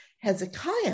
Hezekiah